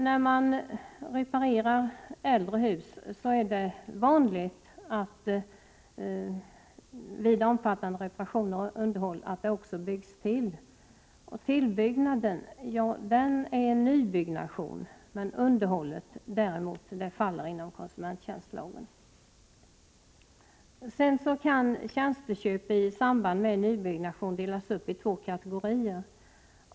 När man reparerar äldre hus är det vanligt att man vid omfattande reparationer och underhåll också bygger till. Tillbyggnad räknas som nybyggnation, medan underhåll däremot faller inom konsumenttjänstlagen. Sedan kan tjänsteköp i samband med nybyggnation delas upp i två kategorier.